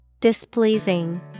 Displeasing